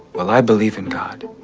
well, i believe in god.